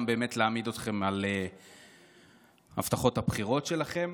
באמת להעמיד אתכם על הבטחות הבחירות שלכם.